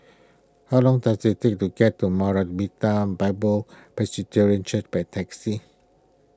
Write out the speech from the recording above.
how long does it take to get to Maranatha Bible Church by taxi